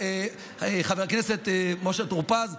חבר הכנסת משה טור פז,